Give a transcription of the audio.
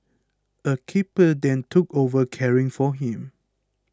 a keeper then took over caring for him